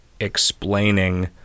Explaining